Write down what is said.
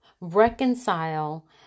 reconcile